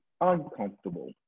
uncomfortable